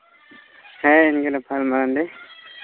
ᱦᱮᱸ ᱤᱧᱜᱮ ᱱᱮᱞᱟᱞ ᱢᱟᱨᱰᱤ